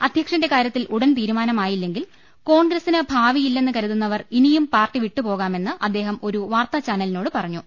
അധ്യക്ഷന്റെ കാര്യ ത്തിൽ ഉടൻ തീരുമാനമായില്ലെങ്കിൽ കോൺഗ്രസിന് ഭാവിയില്ലെന്ന് കരുതു ന്നവർ ഇനിയും പാർട്ടി വിട്ടുപോകാമെന്ന് അദ്ദേഹം ഒരു വാർത്താ ചാനലി നോട് പറഞ്ഞു